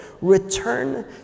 return